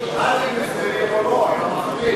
אם מסירים או לא.